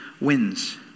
wins